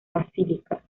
basílica